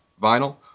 vinyl